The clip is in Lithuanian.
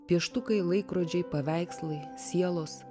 pieštukai laikrodžiai paveikslai sielos